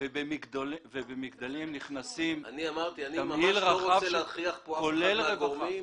אני אמרתי שאני לא רוצה להכריח אף אחד מהגורמים.